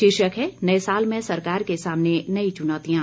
शीर्षक है नए साल में सरकार के सामने नई चुनौतियां